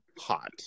hot